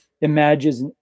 imagines